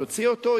תוציא אותו,